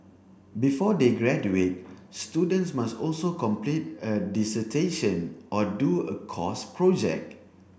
before they graduate students must also complete a dissertation or do a course project